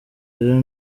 rero